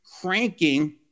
cranking